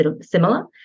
similar